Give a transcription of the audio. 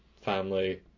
family